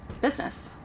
business